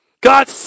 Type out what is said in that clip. God